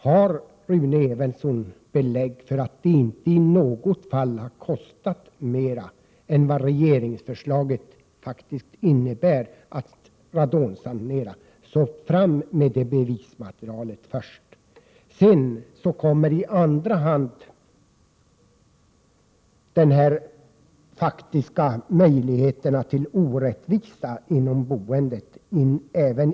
Om Rune Evensson har belägg för att det inte i något fall har kostat staten mera att radonsanera än vad regeringsförslaget innebär, så ta fram det bevismaterialet först! Utöver detta kommer även i denna bild in den faktiska möjligheten till orättvisa inom boendet.